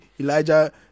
Elijah